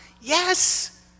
Yes